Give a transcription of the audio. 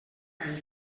ell